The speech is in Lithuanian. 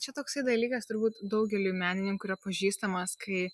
čia toksai dalykas turbūt daugeliui menininkų yra pažįstamas kai